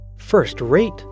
First-rate